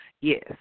Yes